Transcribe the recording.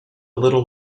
little